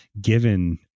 given